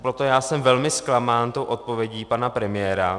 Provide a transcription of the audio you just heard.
Proto jsem velmi zklamán odpovědí pana premiéra.